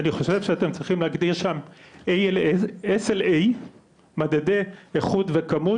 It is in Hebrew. אני חושב שאתם צריכים להגדיר שם SLA מדדי איכות וכמות,